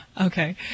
Okay